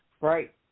right